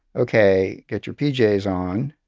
ok, get your pjs on.